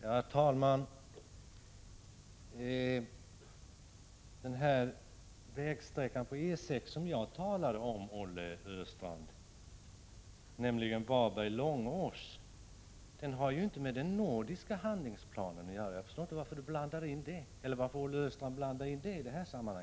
Herr talman! Den vägsträcka av E 6-an som jag talar om, Olle Östrand, nämligen sträckan Varberg-Långås, har inte med den nordiska handlingsplanen att göra. Jag förstår inte varför Olle Östrand blandar in den i detta sammanhang.